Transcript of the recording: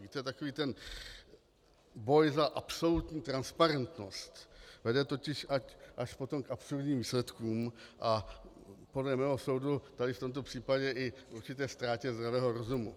Víte, takový ten boj za absolutní transparentnost vede totiž potom až k absurdním výsledkům a podle mého soudu tady v tomto případě i k určité ztrátě zdravého rozumu.